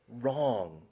wrong